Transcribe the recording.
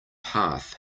path